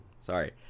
Sorry